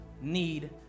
need